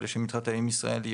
עולה שמתחתן עם ישראלי,